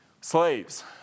Slaves